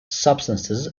substances